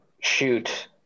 shoot